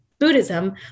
Buddhism